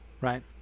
right